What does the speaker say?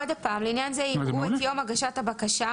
עוד פעם: לעניין זה יראו את יום הגשת הבקשה.